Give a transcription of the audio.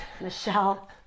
michelle